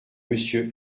monsieur